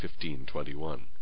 15.21